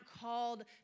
called